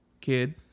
Kid